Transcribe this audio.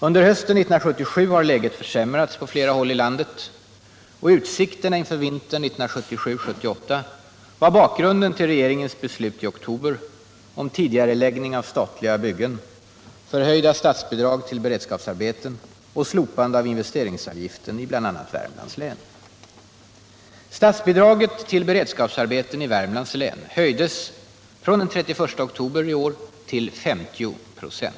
Under hösten 1977 har läget försämrats på flera håll i landet, och utsikterna inför vintern 1977-1978 utgjorde bakgrunden till regeringens beslut i oktober om tidigareläggning av statliga byggen, förhöjda statsbidrag till beredskapsarbeten och slopande av investeringsavgiften i bl.a. Värmlands län. Statsbidraget till beredskapsarbeten i Värmlands län höjdes från den 31 oktober i år till 50 26.